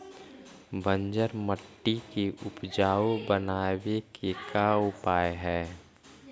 बंजर मट्टी के उपजाऊ बनाबे के का उपाय है?